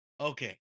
Okay